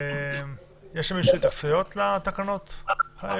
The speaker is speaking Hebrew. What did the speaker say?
יש למישהו התייחסויות לתקנות האלו?